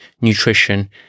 nutrition